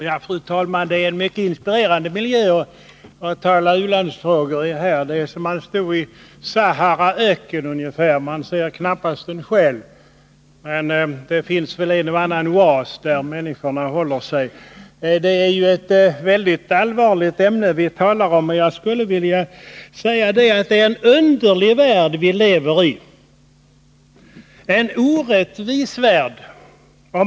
Fru talman! Kammaren erbjuder verkligen en inspirerande miljö för att diskutera u-landsfrågor. Det är som om man stode i Saharas öken. Man ser knappast en själ. Men det finns väl en och annan oas där människorna gömmer sig. Det är ett mycket allvarligt ämne vi talar om. Det är nämligen en underlig värld vi lever i. Det är en orättvis värld.